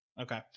Okay